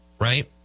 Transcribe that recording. right